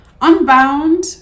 unbound